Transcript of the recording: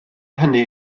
hynny